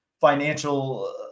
financial